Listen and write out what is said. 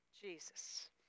Jesus